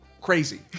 crazy